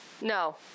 No